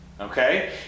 Okay